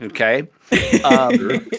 Okay